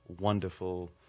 wonderful